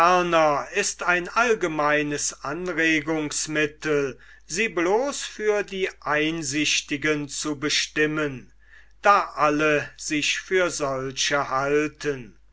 ist ein allgemeines anregungsmittel sie bloß für die einsichtigen zu bestimmen da alle sich für solche halten